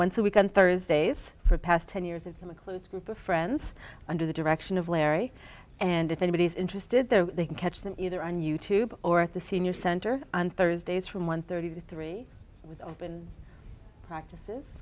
once a week on thursdays for past ten years and i'm a close group of friends under the direction of larry and if anybody's interested though they can catch them either on youtube or at the senior center on thursdays from one thirty three with open practices